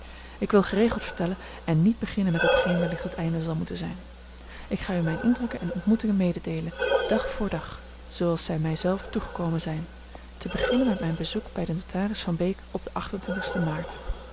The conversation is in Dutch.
dan ik wil geregeld vertellen en niet beginnen met hetgeen wellicht het einde zal moeten zijn ik ga u mijne indrukken en ontmoetingen mededeelen dag voor dag zooals zij mij zelf toegekomen zijn te beginnen met mijn bezoek bij den notaris van beek op den sten maart